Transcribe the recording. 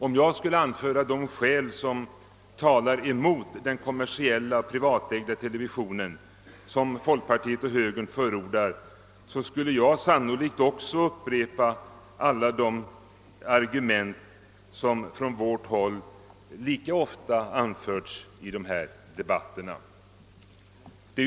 Om jag skulle anföra de skäl som talar emot den kommersiella och privatägda television som förordas av folkpartiet och högern, skulle jag sannolikt också upprepa de argument som från vårt håll lika ofta framhållits i de här debatterna.